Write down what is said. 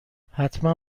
حتما